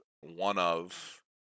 one-of